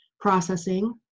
processing